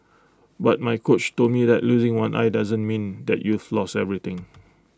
but my coach told me that losing one eye doesn't mean that you've lost everything